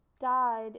died